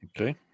Okay